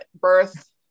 birth